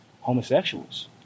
homosexuals